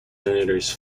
senators